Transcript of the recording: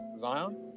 Zion